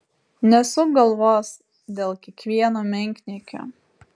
nesuk galvos dėl kiekvieno menkniekio